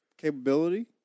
Capability